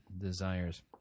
desires